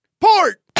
Port